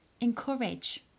Encourage